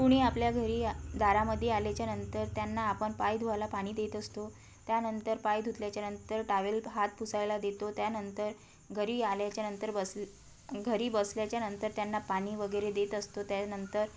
कुणी आपल्या घरी दारामध्ये आल्याच्यानंतर त्यांना आपण पाय धुवायला पाणी देत असतो त्यानंतर पाय धुतल्याच्यानंतर टावेल हात पुसायला देतो त्यानंतर घरी आल्याच्यानंतर बस घरी बसल्याच्यानंतर त्यांना पाणी वगैरे देत असतो त्यानंतर